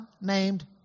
named